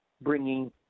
bringing